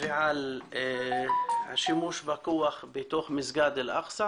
ועל השימוש בכוח בתוך מסגד אל-אקצא